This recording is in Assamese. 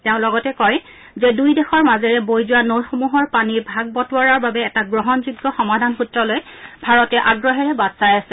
তেওঁ লগতে কয় যে দুয়োদেশৰ মাজৰে বৈ যোৱা নৈ সমূহৰ পানীৰ ভাগ বাটোৱাৰাৰ বাবে এটা গ্ৰহণযোগ্য সমাধানসূত্ৰলৈ ভাৰতে আগ্ৰহেৰে বাট চাই আছে